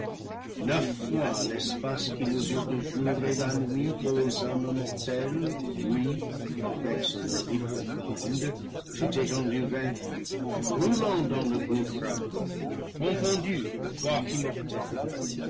neuf fois l'espace qui mesure le jour et la nuit aux hommes mortels lui avec son horrible bande fut étendu vaincu roulant dans le gouffre ardent confondu quoique immortel